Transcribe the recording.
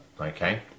okay